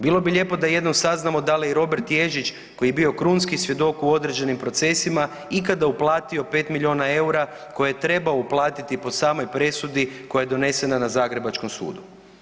Bilo bi lijepo da jednom saznamo da li je Robert Ježić koji je bio krunski svjedok u određenim procesima ikada uplatio 5 miliona EUR-a koje je trebao uplatiti po samoj presudi koja je donesena na zagrebačkom sudu.